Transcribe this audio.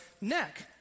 neck